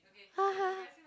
haha